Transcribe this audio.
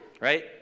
Right